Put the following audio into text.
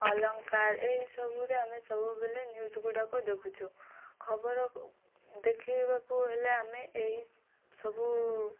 ଅଳଙ୍କାର ଏହିସବୁରେ ଆମେ ସବୁବେଳେ ନ୍ୟୁଜ୍ ଗୁଡ଼ାକ ଦେଖୁଛୁ ଖବର ଦେଖିବାକୁ ହେଲେ ଆମେ ଏହିସବୁ